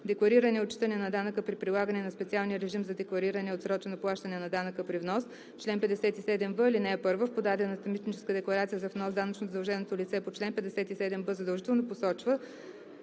Деклариране и отчитане на данъка при прилагане на специалния режим за деклариране и отсрочено плащане на данъка при внос Чл. 57в. (1) В подадената митническа декларация за внос данъчно задълженото лице по чл. 57б задължително посочва: